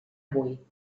avui